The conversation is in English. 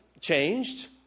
changed